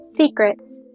Secrets